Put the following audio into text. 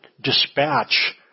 dispatch